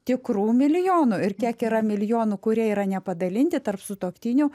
tikrų milijonų ir kiek yra milijonų kurie yra ne padalinti tarp sutuoktinių